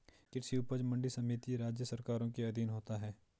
कृषि उपज मंडी समिति राज्य सरकारों के अधीन होता है